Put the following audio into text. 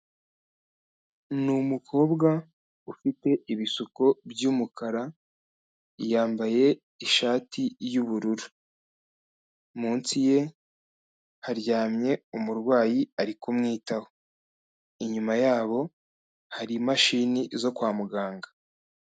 Ni umukobwa ufite ibisuko by'umukara, yambaye ishati y'ubururu, munsi ye haryamye umurwayi arikumwitaho, inyuma yabo hari imashini zo kwa muganga.